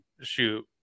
shoot